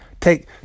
take